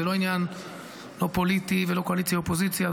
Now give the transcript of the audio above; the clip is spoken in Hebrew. זה לא עניין פוליטי ולא קואליציה אופוזיציה,